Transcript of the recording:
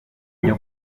yaje